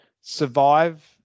survive